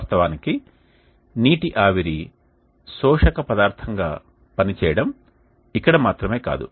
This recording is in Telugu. వాస్తవానికి నీటి ఆవిరి శోషక పదార్థంగా పని చేయడం ఇక్కడ మాత్రమే కాదు